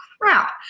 crap